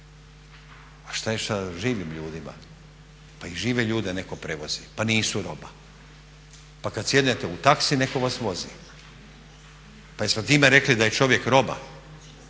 a šta je sa živim ljudima, pa i žive ljude netko prevozi pa nisu roba. Pa kad sjednete u taksi netko vas vozi pa jeste time rekli da je čovjek roba,